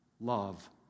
love